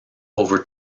over